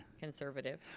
conservative